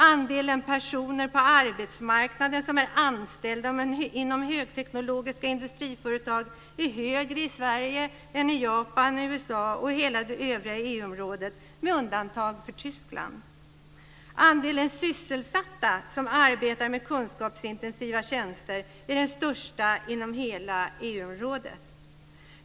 Andelen personer på arbetsmarknaden som är anställda inom högteknologiska industriföretag är större i Sverige än i Japan, USA och hela det övriga EU-området med undantag för Tyskland. Andelen sysselsatta som arbetar med kunskapsintensiva tjänster är den största inom hela EU-området.